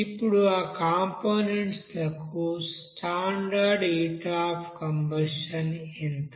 ఇప్పుడు ఆ కంపోనెంట్స్ లకు స్టాండర్డ్ హీట్ అఫ్ కంబషన్ ఎంత